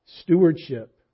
stewardship